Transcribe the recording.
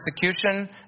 persecution